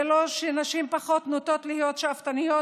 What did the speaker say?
זה לא שנשים פחות נוטות להיות שאפתניות